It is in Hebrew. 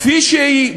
כפי שהיא,